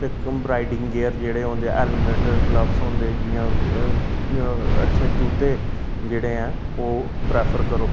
कम्ब्राइडिंग gear जेह्ड़े होंदे helmet gloves होंदे जि'यां अच्छे जूते जेह्ड़े ऐ ओह् प्रैफर करो